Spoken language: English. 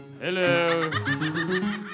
Hello